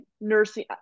nursing